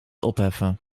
opheffen